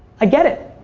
i get it.